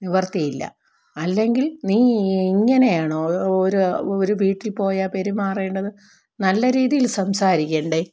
നിവർത്തിയില്ല അല്ലെങ്കിൽ നീ ഇങ്ങനെ ആണോ ഒരു ഒരു വീട്ടിൽപ്പോയാൽ പെരുമാറേണ്ടത് നല്ല രീതിൽ സംസാരിക്കണ്ടേ